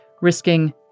risking